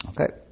Okay